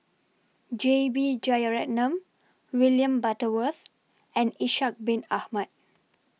J B Jeyaretnam William Butterworth and Ishak Bin Ahmad